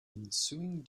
ensuing